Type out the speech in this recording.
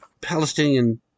Palestinian